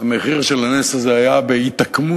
המחיר של הנס הזה היה בהתעקמות,